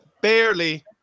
barely